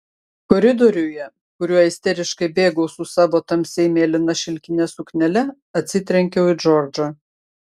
koridoriuje kuriuo isteriškai bėgau su savo tamsiai mėlyna šilkine suknele atsitrenkiau į džordžą